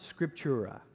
Scriptura